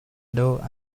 door